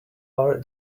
are